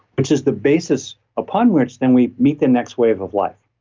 which is the basis upon which then we meet the next wave of life,